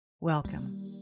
Welcome